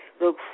look